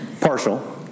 partial